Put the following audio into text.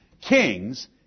Kings